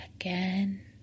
again